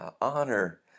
honor